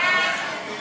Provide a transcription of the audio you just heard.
חוק